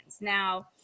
Now